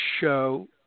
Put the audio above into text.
show